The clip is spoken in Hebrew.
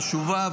חשובה,